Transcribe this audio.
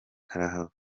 karahava